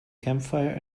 campfire